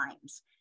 times